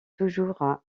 toujours